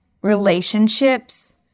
relationships